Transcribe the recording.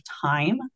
time